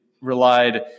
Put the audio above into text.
relied